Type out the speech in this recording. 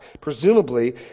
presumably